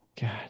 god